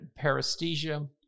paresthesia